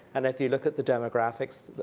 and if you look at the demographics,